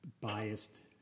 biased